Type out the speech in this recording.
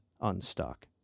unstuck